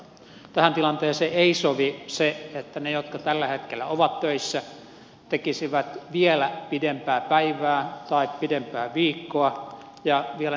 tähän tilanteeseen ei sovi se että ne jotka tällä hetkellä ovat töissä tekisivät vielä pidempää päivää tai pidempää viikkoa ja vielä nykyisellä palkalla